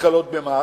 הקלות במס,